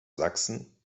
sachsen